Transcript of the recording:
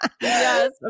Yes